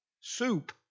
soup